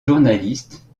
journaliste